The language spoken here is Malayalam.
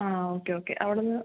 ഓക്കെ ഓക്കെ അവിടുന്ന്